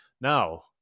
Now